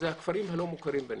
הכפרים הלא מוכרים בנגב.